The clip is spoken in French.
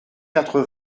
quatre